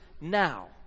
now